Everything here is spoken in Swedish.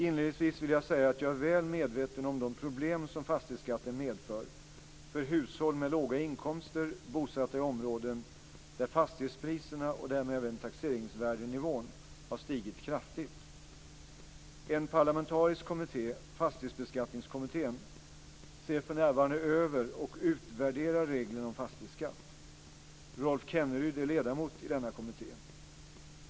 Inledningsvis vill jag säga att jag är väl medveten om de problem som fastighetsskatten medför för hushåll med låga inkomster bosatta i områden där fastighetspriserna, och därmed även taxeringsvärdenivån, har stigit kraftigt. En parlamentarisk kommitté, Fastighetsbeskattningskommittén, ser för närvarande över och utvärderar reglerna om fastighetsskatt. Rolf Kenneryd är ledamot i denna kommitté.